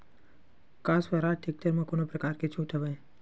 का स्वराज टेक्टर म कोनो प्रकार के छूट हवय?